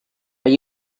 are